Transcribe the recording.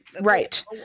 right